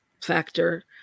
factor